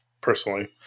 personally